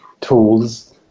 tools